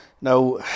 Now